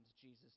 Jesus